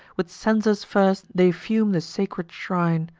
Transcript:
with censers first they fume the sacred shrine,